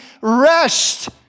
rest